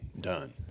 done